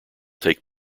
take